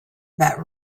that